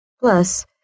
Plus